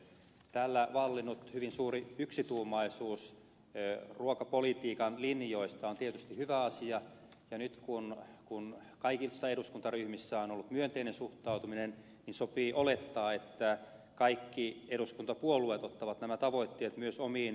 täällä vallinnut hyvin suuri yksituumaisuus ruokapolitiikan linjoista on tietysti hyvä asia ja nyt kun kaikissa eduskuntaryhmissä on ollut myönteinen suhtautuminen niin sopii olettaa että kaikki eduskuntapuolueet ottavat nämä tavoitteet myös omiin eduskuntavaaliohjelmiinsa